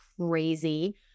crazy